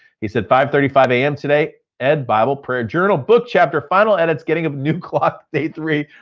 he said, five thirty five am today, ed. bible, prayer journal, book chapter final edits, getting a new clock, day three,